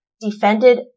defended